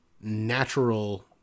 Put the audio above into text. natural